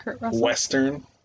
Western